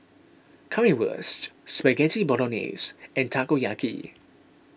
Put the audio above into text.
Currywurst Spaghetti Bolognese and Takoyaki